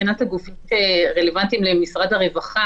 הגופים שרלוונטיים למשרד הרווחה,